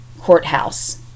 Courthouse